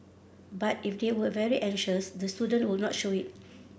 but if they were very anxious the students will not show it